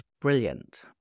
brilliant